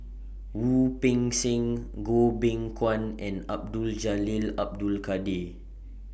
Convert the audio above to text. Wu Peng Seng Goh Beng Kwan and Abdul Jalil Abdul Kadir